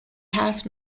حرف